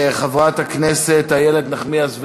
חברת הכנסת איילת נחמיאס ורבין,